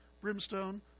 brimstone